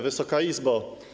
Wysoka Izbo!